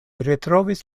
retrovis